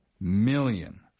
million